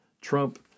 Trump